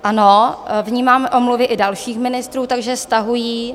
Ano, vnímám omluvy i dalších ministrů, takže stahují.